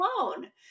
alone